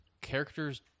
characters